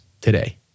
today